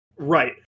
Right